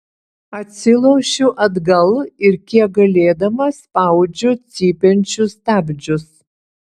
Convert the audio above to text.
atsilošiu atgal ir kiek galėdama spaudžiu cypiančius stabdžius